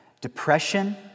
depression